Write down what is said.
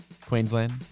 Queensland